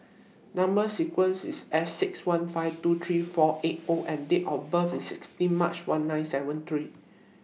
Number sequence IS S six one five two three four eight O and Date of birth IS sixteen March one nine seven three